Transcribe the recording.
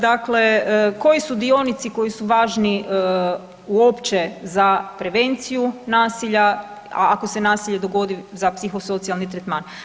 Dakle, koji su dionici koji su važni uopće za prevenciju nasilja ako se nasilje dogodi za psihosocijalni tretman.